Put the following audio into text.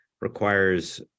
requires